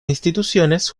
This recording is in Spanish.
instituciones